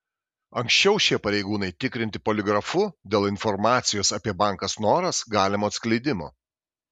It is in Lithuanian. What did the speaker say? anksčiau šie pareigūnai tikrinti poligrafu dėl informacijos apie banką snoras galimo atskleidimo